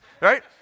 right